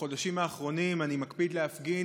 בחודשים האחרונים אני מקפיד להפגין